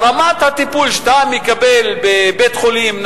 רמת הטיפול שאתה מקבל בבית-חולים,